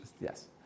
Yes